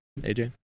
AJ